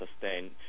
sustain